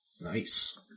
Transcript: Nice